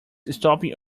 stopping